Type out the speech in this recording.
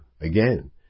again